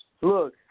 look